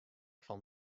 fan